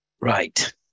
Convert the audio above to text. right